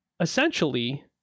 essentially